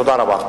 תודה רבה.